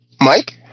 Mike